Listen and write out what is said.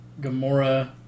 Gamora